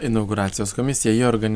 inauguracijos komisija ji organi